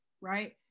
right